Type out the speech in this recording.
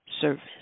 service